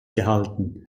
gehalten